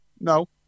no